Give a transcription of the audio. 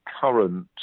current